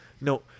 No